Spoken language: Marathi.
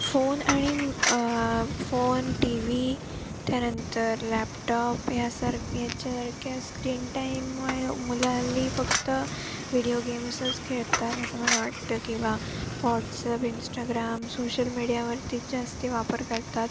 फोन आणि फोन टी व्ही त्यानंतर लॅपटॉप यासारखे याच्यासारख्या स्क्रीन टाईममुळे मुलं हल्ली फक्त व्हिडिओ गेम्सच खेळतात असं मला वाटतं किंवा व्हॉट्सअप इन्स्टाग्राम सोशल मीडियावरतीच जास्ती वापर करतात